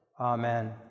Amen